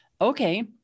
okay